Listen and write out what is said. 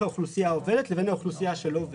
האוכלוסייה העובדת לבין האוכלוסייה שלא עובדת.